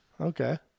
Okay